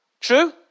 True